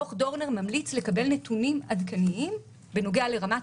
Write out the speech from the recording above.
דוח דורנר ממליץ לקבל נתונים עדכניים בנוגע לרמת